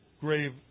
grave